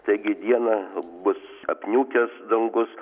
taigi dieną bus apniukęs dangus